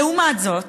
לעומת זאת,